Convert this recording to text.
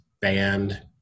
band